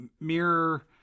mirror